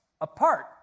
apart